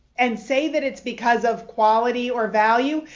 and say that it's because of quality or value,